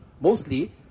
mostly